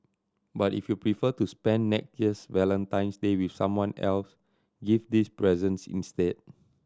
but if you prefer to spend next year's Valentine's Day with someone else give these presents instead